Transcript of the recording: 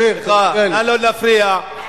נא לא להפריע.